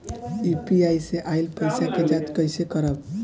UPI से आइल पईसा के जाँच कइसे करब?